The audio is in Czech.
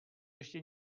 ještě